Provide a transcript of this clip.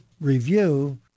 review